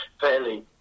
Fairly